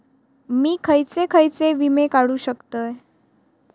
मी खयचे खयचे विमे काढू शकतय?